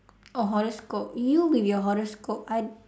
oh horoscope you with your horoscope I